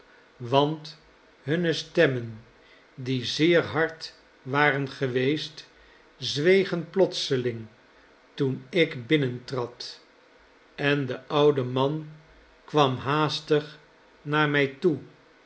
want hunne stemmen die zeer hard waren geweest zwegen plotseling toen ik binnentrad en de oude man kwam haastig naar mij toe